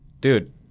dude